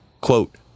quote